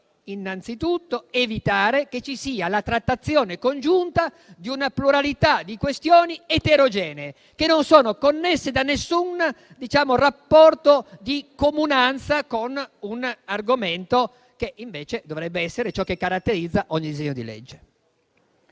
dovuti e da evitare che ci sia la trattazione congiunta di una pluralità di questioni eterogenee, non connesse da alcun rapporto di comunanza con un argomento che, invece, dovrebbe essere ciò che caratterizza ogni disegno di legge.